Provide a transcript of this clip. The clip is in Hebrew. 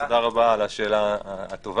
ותודה רבה על השאלה הטובה.